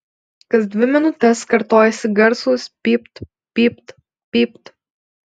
kas dvi minutes kartojosi garsūs pypt pypt pypt